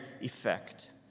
effect